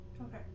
Okay